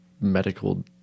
medical